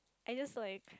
I just saw it